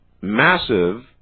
massive